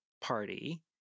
party